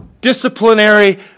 disciplinary